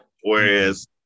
whereas